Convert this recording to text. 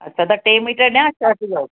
अछा त टे मीटर ॾियां शर्ट जो